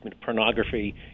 pornography